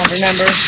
Remember